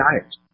diet